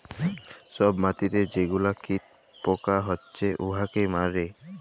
ছব মাটিতে যে গুলা কীট পকা হছে উয়াকে মারে